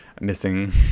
missing